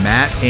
Matt